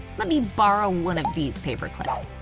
let me borrow one of these paper clips.